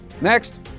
Next